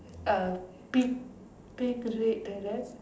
uh pink red the rest